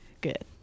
Good